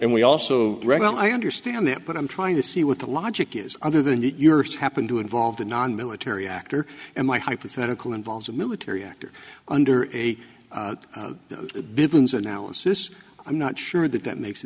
and we also reckon i understand that but i'm trying to see what the logic is other than yours happened to involve the nonmilitary actor and my hypothetical involves a military actor under a begins analysis i'm not sure that that makes a